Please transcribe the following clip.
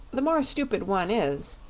the more stupid one is,